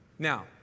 Now